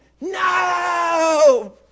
No